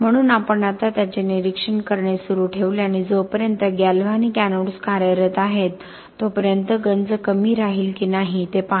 म्हणून आपण आता त्याचे निरीक्षण करणे सुरू ठेवले आणि जोपर्यंत गॅल्व्हॅनिक एनोड्स कार्यरत आहेत तोपर्यंत गंज कमी राहील की नाही ते पहा